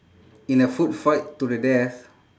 in a food fight to the death